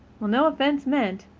well, no offense meant.